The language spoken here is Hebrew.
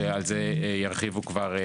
שעל זה ירחיבו כבר רשות החשמל.